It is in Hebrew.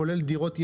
כולל דירות ישנות.